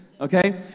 okay